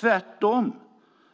Tvärtom